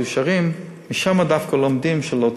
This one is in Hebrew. ה"חידושי הרי"ם": משם דווקא לומדים שלא צריך.